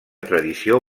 tradició